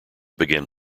began